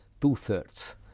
two-thirds